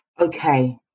Okay